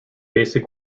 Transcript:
basic